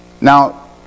now